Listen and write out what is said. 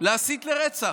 להסית לרצח.